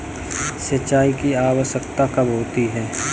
सिंचाई की आवश्यकता कब होती है?